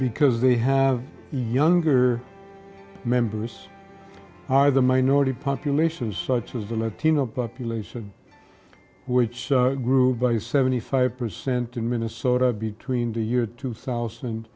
because they have younger members are the minority populations such as the latino population which grew by seventy five percent in minnesota between the year two thousand